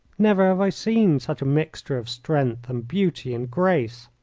never have i seen such a mixture of strength and beauty and grace.